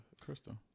crystal